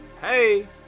hey